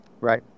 Right